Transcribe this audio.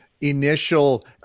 initial